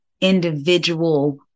individual